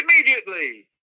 Immediately